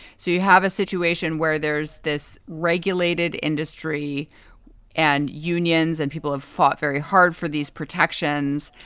so you have a situation where there's this regulated industry and unions and people have fought very hard for these protections.